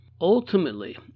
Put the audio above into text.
Ultimately